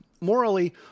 Morally